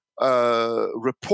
report